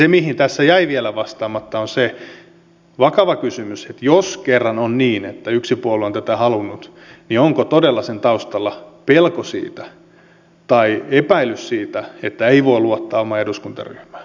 se mihin tässä jäi vielä vastaamatta on se vakava kysymys että jos kerran on niin että yksi puolue on tätä halunnut niin onko todella sen taustalla pelko siitä tai epäilys siitä että ei voi luottaa omaan eduskuntaryhmään